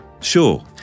Sure